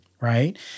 Right